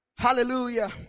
Hallelujah